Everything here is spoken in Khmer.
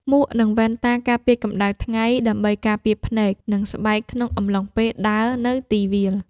មួក និងវ៉ែនតាការពារកម្ដៅថ្ងៃ ដើម្បីការពារភ្នែក និងស្បែកក្នុងអំឡុងពេលដើរនៅទីវាល។